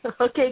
Okay